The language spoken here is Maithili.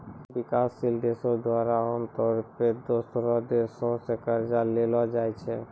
विकासशील देशो द्वारा आमतौरो पे दोसरो देशो से कर्जा लेलो जाय छै